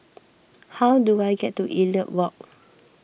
how do I get to Elliot Walk